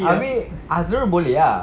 abeh azrul boleh ah